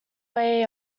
way